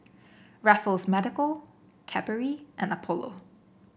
Raffles Medical Cadbury and Apollo